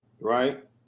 Right